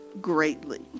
greatly